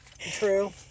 True